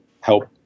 help